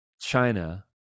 China